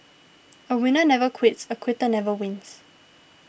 a winner never quits a quitter never wins